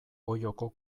olloko